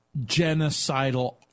genocidal